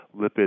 lipid